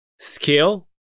skill